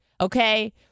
Okay